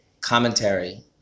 commentary